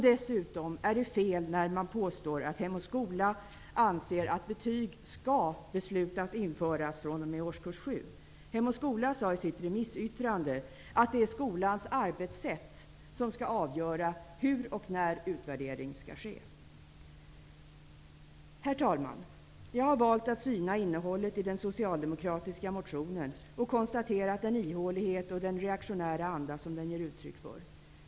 Dessutom har de fel i påståendet att Hem och skola anser att betyg skall beslutas införas från och med årskurs 7. Hem och skola sade i sitt remissyttrande att det är skolans arbetssätt som skall avgöra hur och när utvärdering skall ske. Herr talman! Jag har valt att syna innehållet i den socialdemokratiska motionen och konstaterat den ihålighet och den reaktionära anda som den ger uttryck för.